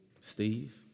Steve